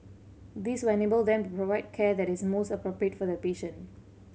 this will enable them to provide care that is most appropriate for the patient